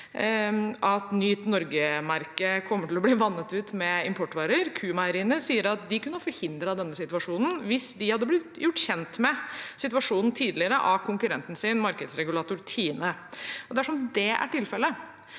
at Nyt Norge-merkeordningen kommer til å bli vannet ut med importvarer. Q-meieriene sier at de kunne forhindret denne situasjonen hvis de hadde blitt gjort kjent med situasjonen tidligere av konkurrenten sin, markedsregulatoren Tine. Dersom det er tilfellet,